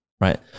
Right